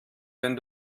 wenn